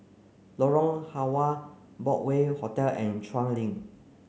Lorong Halwa Broadway Hotel and Chuan Link